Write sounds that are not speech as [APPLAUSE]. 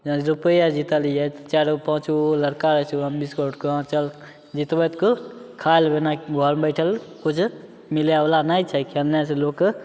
जेना रूपये जीतलियै चारिगो पाँचगो लड़का रहै छियै ओकरा [UNINTELLIGIBLE] चल जीतबै तऽ खा लेबै ओना घरमे बैठल किछु मिले बला नहि छै खेले से लोकके